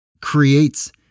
creates